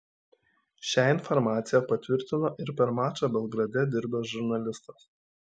šią informacija patvirtino ir per mačą belgrade dirbęs žurnalistas